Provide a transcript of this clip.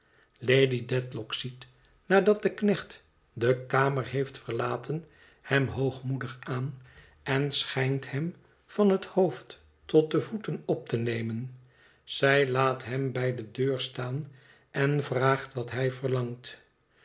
lady dedlock ziet nadat de knecht de kamer heeft verlaten hem hoogmoedig aan en schijnt hem van het hoofd tot de voeten op te nemen zij laat hem bij de deur staan en vraagt wat hij verlangt